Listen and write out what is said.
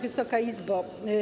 Wysoka Izbo!